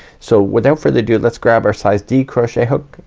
so without further ado, let's grab our size d crochet hook,